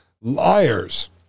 liars